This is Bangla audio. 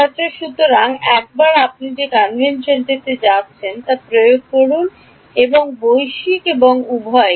ছাত্র সুতরাং একবার আপনি যে কনভেনশনটিতে যাচ্ছেন তা প্রয়োগ করুন বৈশ্বিক এবং উভয়ই